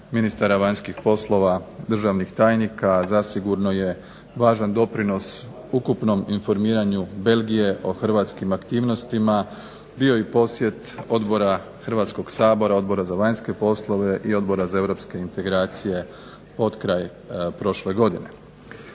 ministara vanjskih poslova, državnih tajnika. Zasigurno je važan doprinos ukupnom informiranju Belgije o Hrvatskim aktivnostima bio i posjet Odbora Hrvatskog sabora, Odbora za vanjske poslove i Odbora za europske integracije potkraj prošle godine.